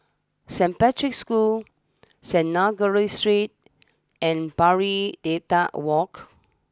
Saint Patrick's School Synagogue Street and Pari Dedap walk